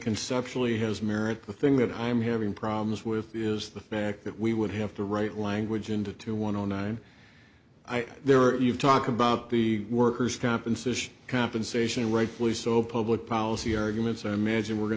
conceptually has merit the thing that i'm having problems with is the fact that we would have to write language into two one zero nine i there you talk about the workers compensation compensation rightfully so public policy arguments i imagine we're going